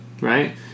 right